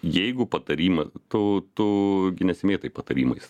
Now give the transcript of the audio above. jeigu patarimą tu tu gi nesimėtai patarimais